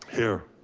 here.